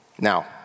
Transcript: Now